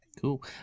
cool